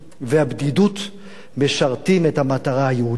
והבדידות משרתים את המטרה היהודית,